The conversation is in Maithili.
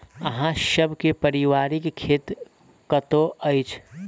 अहाँ सब के पारिवारिक खेत कतौ अछि?